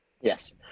Yes